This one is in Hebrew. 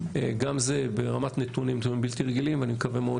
גם זה ברמת נתונים נתונים בלתי רגילים ואני מקווה מאוד